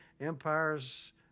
empires